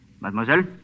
Mademoiselle